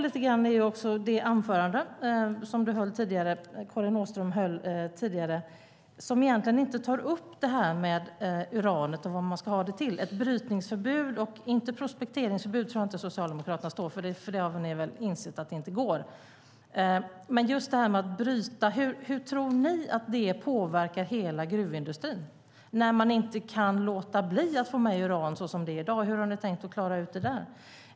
I det anförande som Karin Åström höll tidigare tog hon inte upp uran och vad man ska ha det till. Prospekteringsförbud tror jag inte att Socialdemokraterna står för, för det har väl Socialdemokraterna insett inte går. Hur tror ni att brytningsförbud påverkar hela gruvindustrin när man inte kan låta bli att få med uran? Hur har ni tänkt klara ut det?